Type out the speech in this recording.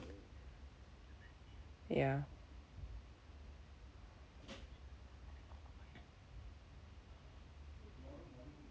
ya